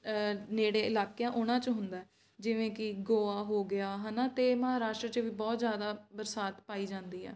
ਨੇੜੇ ਇਲਾਕੇ ਆ ਉਹਨਾਂ 'ਚ ਹੁੰਦਾ ਜਿਵੇਂ ਕਿ ਗੋਆ ਹੋ ਗਿਆ ਹੈ ਨਾ ਅਤੇ ਮਹਾਰਾਸ਼ਟਰ 'ਚ ਵੀ ਬਹੁਤ ਜ਼ਿਆਦਾ ਬਰਸਾਤ ਪਾਈ ਜਾਂਦੀ ਆ